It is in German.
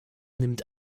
nimmt